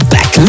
Back